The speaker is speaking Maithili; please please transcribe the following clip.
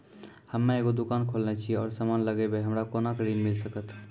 हम्मे एगो दुकान खोलने छी और समान लगैबै हमरा कोना के ऋण मिल सकत?